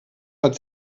hat